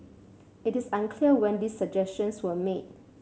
it is unclear when these suggestions were made